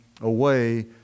away